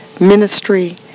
ministry